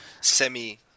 semi